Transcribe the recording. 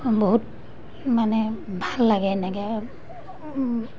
বহুত মানে ভাল লাগে এনেকৈ